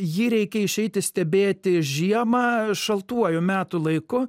jį reikia išeiti stebėti žiemą šaltuoju metų laiku